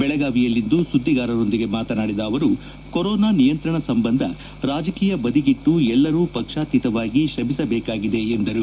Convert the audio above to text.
ಬೆಳಗಾವಿಯಲ್ಲಿಂದು ಸುದ್ದಿಗಾರರೊಂದಿಗೆ ಮಾತನಾಡಿದ ಅವರು ಕೊರೋನಾ ನಿಯಂತ್ರಣ ಸಂಬಂಧ ರಾಜಕೀಯ ಬದಿಗಿಟ್ಟು ಎಲ್ಲರೂ ಪಕ್ಷಾತೀತವಾಗಿ ಶ್ರಮಿಸಬೇಕಾಗಿದೆ ಎಂದರು